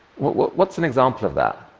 what's an example of that?